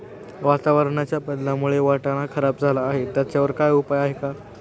वातावरणाच्या बदलामुळे वाटाणा खराब झाला आहे त्याच्यावर काय उपाय आहे का?